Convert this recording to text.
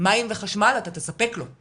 מים וחשמל אתה תספק לו,